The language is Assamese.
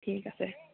ঠিক আছে